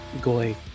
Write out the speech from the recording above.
goy